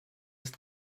ist